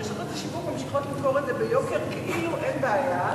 רשתות השיווק ממשיכות למכור את זה ביוקר כאילו שיש בעיה.